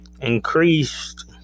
increased